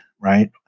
Right